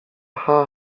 cha